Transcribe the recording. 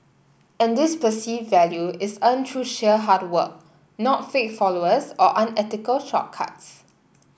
and this perceived value is earned through sheer hard work not fake followers or unethical shortcuts